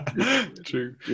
True